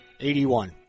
81